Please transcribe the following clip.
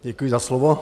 Děkuji za slovo.